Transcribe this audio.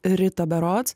rita berods